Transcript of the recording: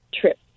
trip